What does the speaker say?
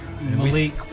Malik